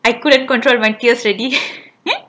I couldn't control went tears already